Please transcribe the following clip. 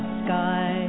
sky